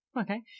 Okay